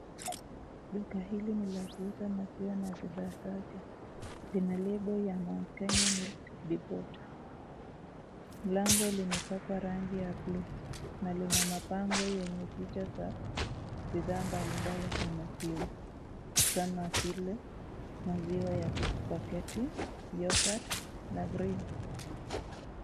Duka hili ni la kuuza maziwa na bidhaa zake, lina lebo ya Mount Kenya Milk Depot. Lango limepakwa rangi ya buluu na lina mapambo yenye picha za bidhaa mbalimbali ya maziwa, kama vile maziwa ya paketi, yoghurt na ghee .